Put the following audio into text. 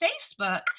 Facebook